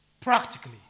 practically